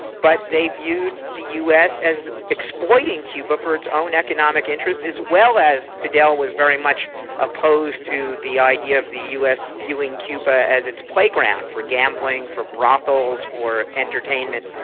but they viewed the us as exploiting cuba for its own economic interests as well as fidel was very much opposed to the idea of the us viewing cuba as its playground for gambling, for brothels, for entertainment,